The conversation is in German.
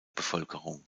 bevölkerung